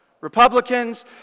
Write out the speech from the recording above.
Republicans